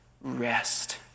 rest